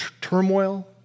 turmoil